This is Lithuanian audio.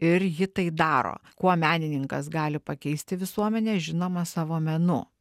ir ji tai daro kuo menininkas gali pakeisti visuomenę žinoma savo menu